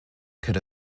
could